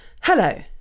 Hello